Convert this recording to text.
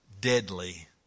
deadly